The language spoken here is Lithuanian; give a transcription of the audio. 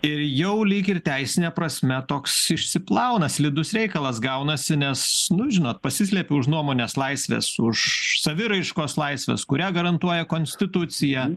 ir jau lyg ir teisine prasme toks išsiplauna slidus reikalas gaunasi nes nu žinot pasislepi už nuomonės laisvės už saviraiškos laisvės kurią garantuoja konstitucija